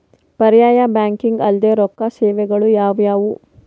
ಪರ್ಯಾಯ ಬ್ಯಾಂಕಿಂಗ್ ಅಲ್ದೇ ರೊಕ್ಕ ಸೇವೆಗಳು ಯಾವ್ಯಾವು?